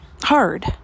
hard